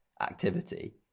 activity